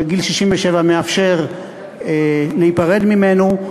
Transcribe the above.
וגיל 67 מאפשר להיפרד ממנו.